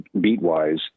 beat-wise